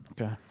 Okay